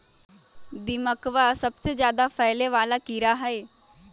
दीमकवा सबसे ज्यादा फैले वाला कीड़ा हई